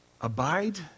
Abide